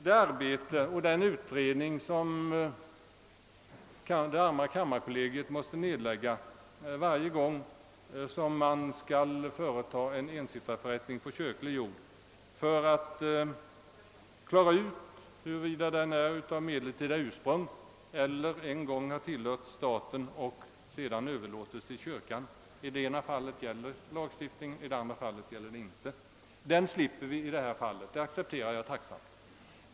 Det arbete, som det arma kammarkollegiet måst nedlägga varje gång som man skall företa en ensittarförättning på kyrklig jord för att reda ut, huruvida marken är av medeltida ursprung eller en gång har tillhört staten och sedan överlåtits till kyrkan — i det ena fallet gäller lagen, i det andra fallet gäller den inte — slipper vi alltså ifrån.